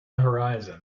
horizon